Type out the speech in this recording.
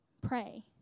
Pray